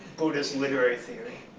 buddhist literary theory.